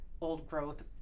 old-growth